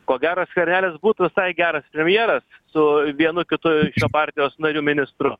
ko gero skvernelis būtų visai geras premjeras su vienu kitu iš jo partijos narių ministru